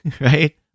right